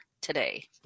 today